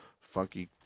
funky